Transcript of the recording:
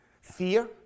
fear